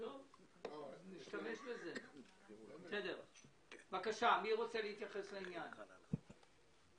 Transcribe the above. להגיד תודה רבה לכולם על כך